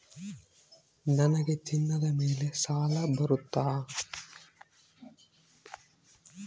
ನನಗೆ ಚಿನ್ನದ ಮೇಲೆ ಸಾಲ ಬರುತ್ತಾ?